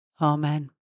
Amen